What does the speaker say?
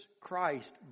Christ